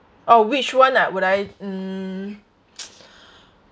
oh which [one] ah would I mm